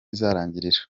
izarangirira